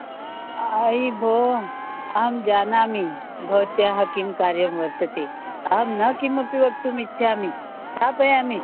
I भोः अहं जानामि भवत्याः किं कार्यं वर्तते अहं न किमपि वक्तुम् इच्छामि स्थापयामि